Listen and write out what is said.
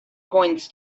coins